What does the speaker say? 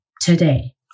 today